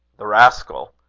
the rascal!